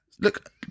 Look